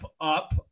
up